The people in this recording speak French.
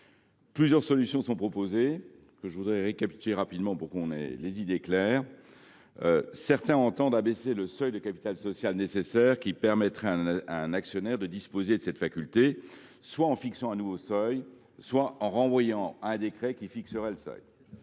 Plusieurs solutions sont proposées, que je récapitulerai rapidement par souci de clarté. Certains entendent abaisser le seuil de capital social nécessaire permettant à un actionnaire de disposer de cette faculté, soit en fixant un nouveau seuil, soit en renvoyant à un décret qui fixerait le seuil.